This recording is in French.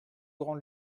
grand